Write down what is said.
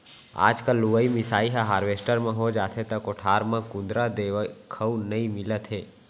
आजकल लुवई मिसाई ह हारवेस्टर म हो जावथे त कोठार म कुंदरा देखउ नइ मिलत हे